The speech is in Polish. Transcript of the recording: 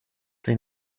tej